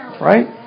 Right